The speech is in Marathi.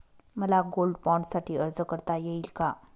मला गोल्ड बाँडसाठी अर्ज करता येईल का?